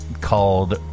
called